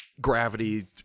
gravity